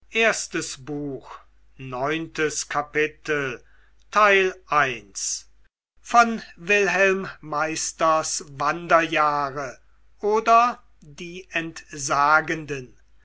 goethe wilhelm meisters wanderjahre oder die entsagenden